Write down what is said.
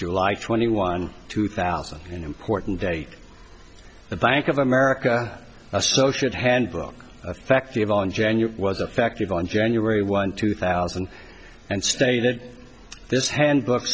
july twenty one two thousand and important date the bank of america associate handbook fact the of on jan your was effective on january one two thousand and stated this handbook